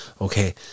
okay